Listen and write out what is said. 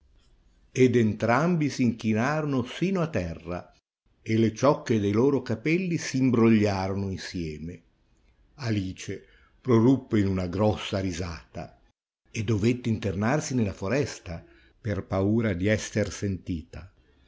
ed entrambi s'inchinarono sino a terra e le ciocche de loro capelli s'imbrogliarono insieme alice proruppe in una grossa risata e dovette internarsi nella foresta per paura di esser sentita